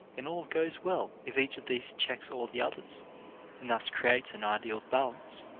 and all goes well if each of these checks all the others and thus creates an ideal balance.